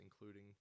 including